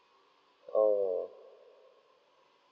oh